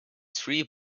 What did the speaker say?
three